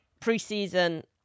preseason